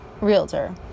realtor